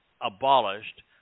abolished